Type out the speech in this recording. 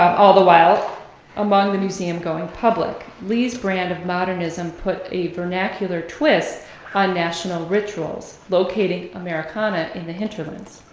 all the while among the museum going public. lee's brand of modernism put a vernacular twist on national rituals, locating americana in the hinterlands.